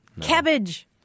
Cabbage